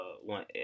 one